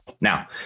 Now